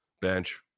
bench